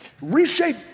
reshape